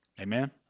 Amen